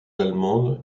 allemandes